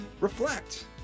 reflect